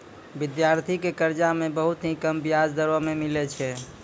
विद्यार्थी के कर्जा मे बहुत ही कम बियाज दरों मे मिलै छै